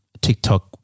TikTok